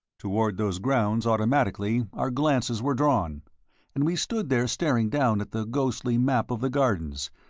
toward those grounds, automatically, our glances were drawn and we stood there staring down at the ghostly map of the gardens,